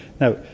Now